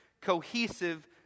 cohesive